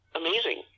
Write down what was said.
amazing